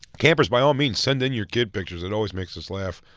campers by all means, send in your kid pictures. it always makes us laugh.